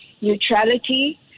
neutrality